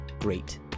great